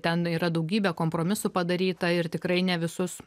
ten yra daugybė kompromisų padaryta ir tikrai ne visus